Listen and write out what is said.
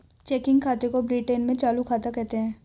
checking खाते को Britain में चालू खाता कहते हैं